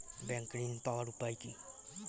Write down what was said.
Bank ঋণ পাওয়ার উপায় কি?